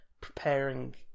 preparing